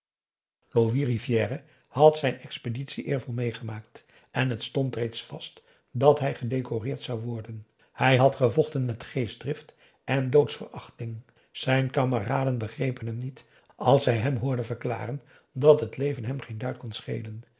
louis rivière had zijn expeditie eervol meegemaakt en het stond reeds vast dat hij gedecoreerd zou worden hij had gevochten met geestdrift en doodsverachting zijn kameraden begrepen hem niet als zij hem hoorden verklaren dat het leven hem geen duit kon schelen